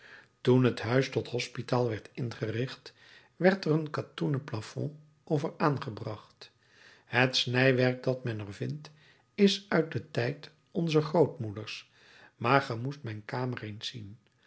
toen het huis tot hospitaal werd ingericht werd er een katoenen plafond over aangebracht het snijwerk dat men er vindt is uit den tijd onzer grootmoeders maar ge moest mijn kamer eens zien